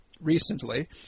recently